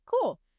cool